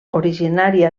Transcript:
originària